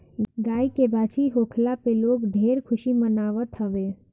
गाई के बाछी होखला पे लोग ढेर खुशी मनावत हवे